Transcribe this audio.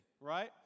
right